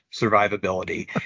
survivability